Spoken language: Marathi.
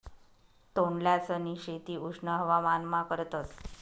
तोंडल्यांसनी शेती उष्ण हवामानमा करतस